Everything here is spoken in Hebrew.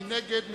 מי נגד?